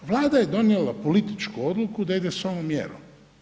Vlada je donijela političku odluku da ide s ovom mjerom.